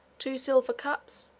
two silver cups,